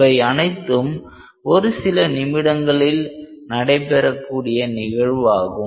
இவை அனைத்தும் ஒரு சில நிமிடங்களில் நடைபெறக்கூடிய நிகழ்வாகும்